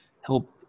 help